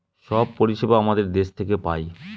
সব পরিষেবা আমাদের দেশ থেকে পায়